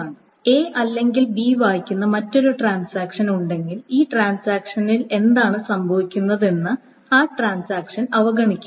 A അല്ലെങ്കിൽ B വായിക്കുന്ന മറ്റൊരു ട്രാൻസാക്ഷൻ ഉണ്ടെങ്കിൽ ഈ ട്രാൻസാക്ഷനിൽ എന്താണ് സംഭവിക്കുന്നതെന്ന് ആ ട്രാൻസാക്ഷൻ അവഗണിക്കണം